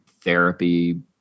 therapy